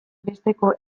besteko